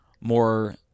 more